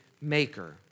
maker